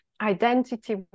identity